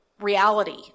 reality